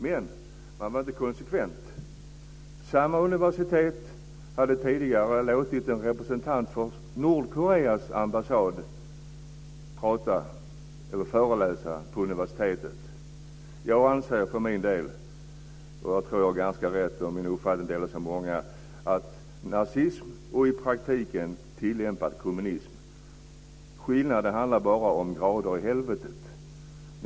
Men man var inte konsekvent. Samma universitet hade tidigare låtit en representant för Nordkoreas ambassad föreläsa på universitetet. Jag anser för min del, och jag tror att jag har rätt och att min uppfattning delas av många, att skillnaden mellan nazism och i praktiken tillämpad kommunism bara handlar om grader i helvetet.